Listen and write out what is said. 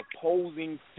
opposing